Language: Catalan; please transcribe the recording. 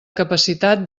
capacitat